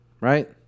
right